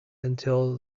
until